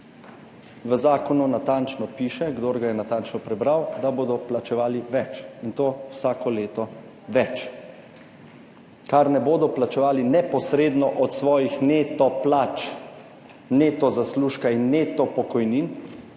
V zakonu natančno piše, kdor ga je natančno prebral, da bodo plačevali več, in to vsako leto več. Kar ne bodo plačevali neposredno od svojih neto plač, neto zaslužka in neto pokojnin